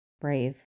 brave